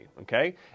Okay